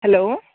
hello